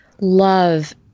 love